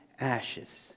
ashes